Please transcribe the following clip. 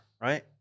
right